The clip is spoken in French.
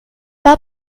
pas